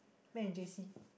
met in J_C